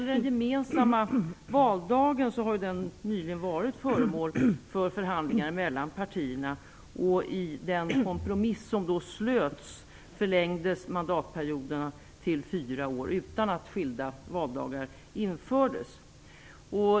En gemensam valdag har nyligen varit föremål för förhandlingar mellan partierna. I den kompromiss som då slöts förlängdes mandatperioderna till fyra år utan att skilda valdagar infördes.